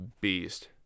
beast